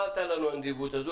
מה עלתה לנו הנדיבות הזו,